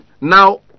Now